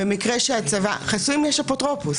לחסויים יש אפוטרופוס,